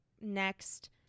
next